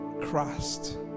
Christ